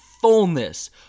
fullness